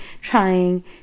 trying